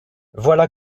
voilà